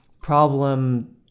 problem